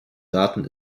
daten